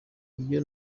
ibyo